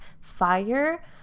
fire